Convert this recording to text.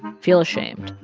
feel ashamed.